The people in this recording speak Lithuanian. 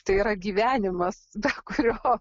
tai yra gyvenimas be kurio